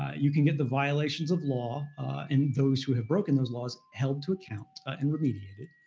you can get the violations of law and those who have broken those laws held to account and remediated.